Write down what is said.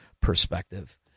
perspective